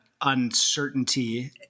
uncertainty